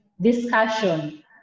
discussion